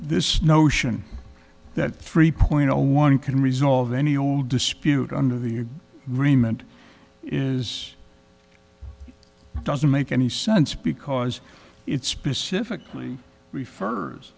this notion that three point zero one can resolve any old dispute under the rayment is doesn't make any sense because it specifically refers